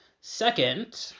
Second